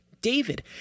David